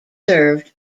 served